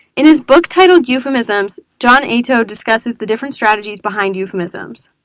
in his book titled euphemisms, john ayto discusses the different strategies behind euphemisms.